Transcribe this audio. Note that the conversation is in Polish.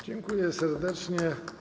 Dziękuję serdecznie.